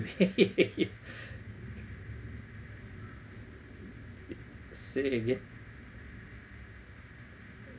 say it again